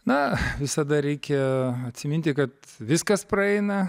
na visada reikia atsiminti kad viskas praeina